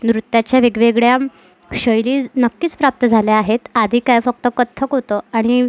नृत्याच्या वेगवेगळ्या शैली नक्कीच प्राप्त झाल्या आहेत आधी काय फक्त कथ्थक होतं आणि